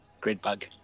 Gridbug